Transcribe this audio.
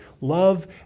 love